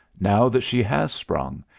now that she has sprung,